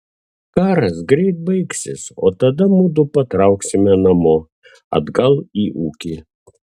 karas greit baigsis o tada mudu patrauksime namo atgal į ūkį